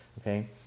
okay